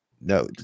no